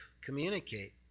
communicate